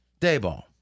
Dayball